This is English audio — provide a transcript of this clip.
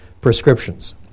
prescriptions